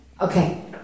Okay